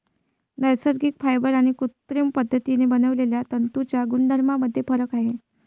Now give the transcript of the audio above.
नैसर्गिक फायबर आणि कृत्रिम पद्धतीने बनवलेल्या तंतूंच्या गुणधर्मांमध्ये फरक आहे